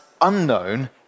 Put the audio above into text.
unknown